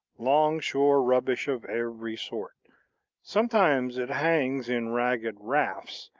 longshore rubbish of every sort sometimes it hangs in ragged rafts,